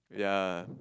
ya